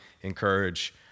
encourage